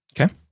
Okay